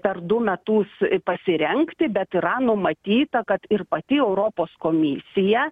per du metus pasirengti bet yra numatyta kad ir pati europos komisija